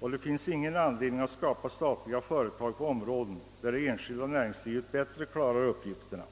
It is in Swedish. men det finns ingen anledning att skapa statliga företag på områden där det enskilda näringslivet bättre klarar uppgifterna.